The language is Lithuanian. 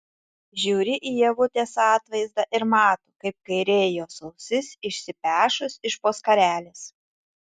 žiūri į ievutės atvaizdą ir mato kaip kairė jos ausis išsipešus iš po skarelės